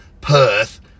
perth